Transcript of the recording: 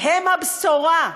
הן הבשורה,